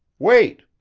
wait!